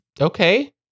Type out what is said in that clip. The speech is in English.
okay